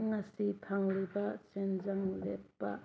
ꯉꯁꯤ ꯐꯪꯂꯤꯕ ꯁꯦꯟꯖꯪ ꯂꯦꯞꯄ